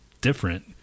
different